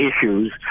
issues